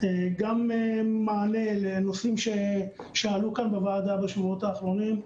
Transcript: גם מענה לנושאים שעלו כאן בוועדה בשבועות האחרונים.